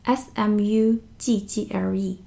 smuggle